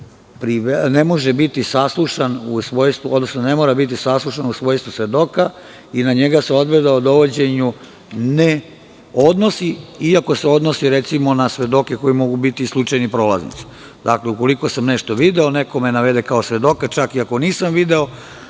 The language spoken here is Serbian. ne mora biti saslušan u svojstvu svedoka i na njega se odredba o dovođenju ne odnosi, iako se odnosi, recimo, na svedoke koji mogu biti slučajni prolaznici. Dakle, ukoliko sam nešto video, neko me navede kao svedoka, čak i ako nisam video.